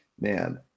man